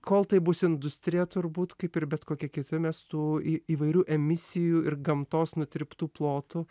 kol tai bus industrija turbūt kaip ir bet kokie kiti mestų i įvairių emisijų ir gamtos nutirptų plotų